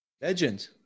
Legend